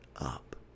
up